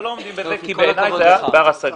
לא עומדים בזה כי בעיני זה היה בר השגה.